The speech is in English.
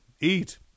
Eat